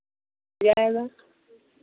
मिल जाएगा